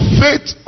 faith